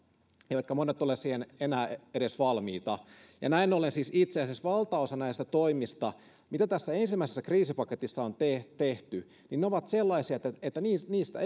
eivätkä monet ole siihen enää edes valmiita näin ollen siis itse asiassa valtaosa näistä toimista mitä tässä ensimmäisessä kriisipaketissa on tehty ovat sellaisia että niistä niistä